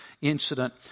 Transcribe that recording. incident